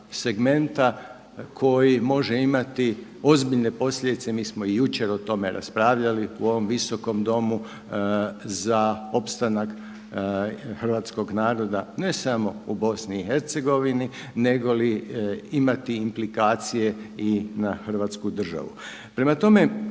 segmenta koji može imati ozbiljne posljedice, mi smo i jučer o tome raspravljali u ovom Visokom domu za opstanak hrvatskog naroda ne samo u BIH nego li i imati implikacije i na hrvatsku državu. Prema tome,